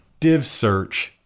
DivSearch